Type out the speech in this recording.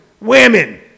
women